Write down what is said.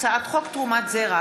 הצעת חוק שמירת הניקיון (תיקון,